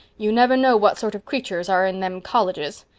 you never know what sort of creatures are in them colleges.